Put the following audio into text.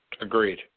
Agreed